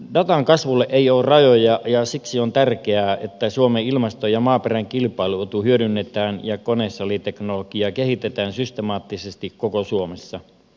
datan kasvulle ei ole rajoja ja siksi on tärkeää että suomen ilmaston ja maaperän kilpailuetu hyödynnetään ja konesaliteknologiaa kehitetään systemaattisesti koko suomessa